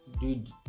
dude